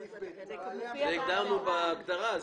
הגדרנו את זה בהגדרה.